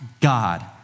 God